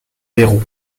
verrou